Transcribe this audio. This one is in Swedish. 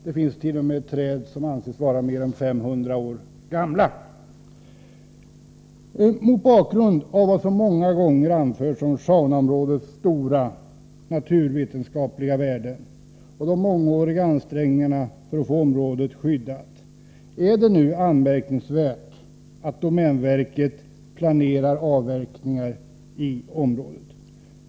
Det finns t.o.m. träd som anses vara mer än 500 år. Mot bakgrund av vad som många gånger har anförts om Sjaunjaområdets stora naturvetenskapliga värde och de mångåriga ansträngningarna för att få området skyddat, är det anmärkningsvärt att domänverket nu planerar avverkningar i området.